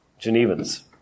Genevans